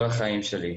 כל החיים שלי,